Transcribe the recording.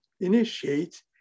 initiate